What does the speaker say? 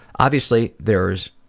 obviously there's